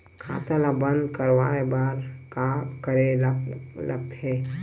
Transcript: खाता ला बंद करवाय बार का करे ला लगथे?